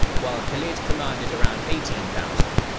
while khalid commanded around eighteen thousand,